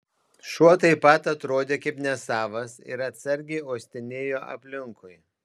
šuo taip pat atrodė kaip nesavas ir atsargiai uostinėjo aplinkui